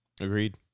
Agreed